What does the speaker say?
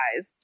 guys